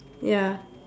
ya